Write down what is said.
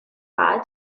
wahl